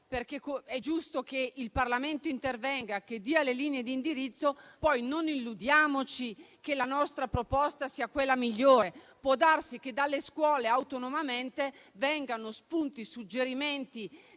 perché è giusto che il Parlamento intervenga e dia le linee di indirizzo. Non illudiamoci che la nostra proposta sia quella migliore. Può darsi che dalle scuole autonomamente vengano spunti e suggerimenti